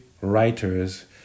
Writers